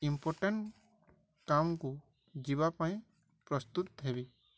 important କାମକୁ ଯିବା ପାଇଁ ପ୍ରସ୍ତୁତ ହେବି